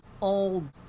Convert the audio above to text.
old